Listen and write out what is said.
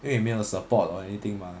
因为没有 support or anything mah